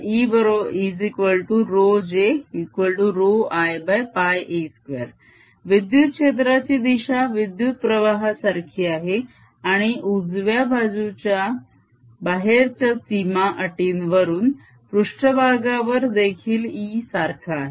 EρjρIa2 विद्युत क्षेत्राची दिशा विद्युत प्रवाहासारखी आहे आणि उजव्या बाजूच्या बाहेरच्या सीमा अटींवरुन पृष्ट्भागावर देखील E सारखा आहे